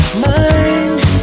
mind